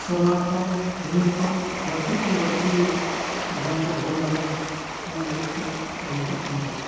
ᱥᱮᱨᱢᱟ ᱠᱷᱚᱱ ᱨᱤᱢᱤᱞ ᱠᱷᱚᱱ ᱵᱟᱹᱲᱛᱤ ᱠᱷᱚᱱ ᱵᱟᱹᱲᱛᱤ ᱜᱮᱭᱟᱱ ᱠᱚ ᱚᱨᱡᱚᱱ ᱫᱟᱲᱮᱭᱟᱜ ᱢᱟ ᱚᱱᱟ ᱞᱟᱹᱜᱤᱫ ᱛᱮ ᱟᱹᱰᱤ ᱜᱮᱠᱚ ᱠᱟᱹᱢᱤ ᱞᱮᱫᱼᱟ